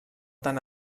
tan